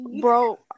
Bro